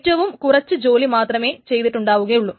ഏറ്റവും കുറച്ചു ജോലി മാത്രമേ ചെയ്തിട്ടുണ്ടാക്കുകയുള്ളു